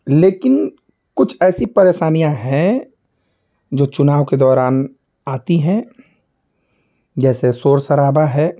लेकिन कुछ ऐसी परेशानियाँ हैं जो चुनाव के दौरान आती हैं जैसे शोर शराबा है